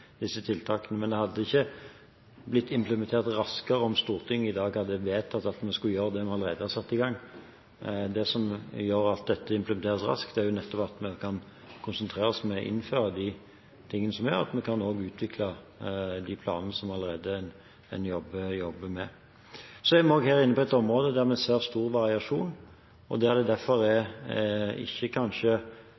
disse tiltakene, men de hadde ikke blitt implementert raskere om Stortinget i dag hadde vedtatt at vi skulle gjøre det vi allerede har satt i gang. Det som gjør at dette implementeres raskt, er jo nettopp at vi kan konsentrere oss om å innføre de tingene som er, og at vi kan utvikle de planene som det allerede jobbes med. Her er vi også inne på et område der en ser stor variasjon, og derfor er